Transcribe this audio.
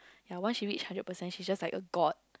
ya once she reach hundred percent she's just like a god